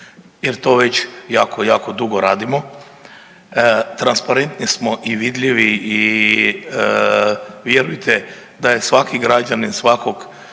jer to već jako, jako dugo radimo, transparentni smo i vidljivi i vjerujte da je svaki građanin svakog